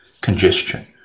congestion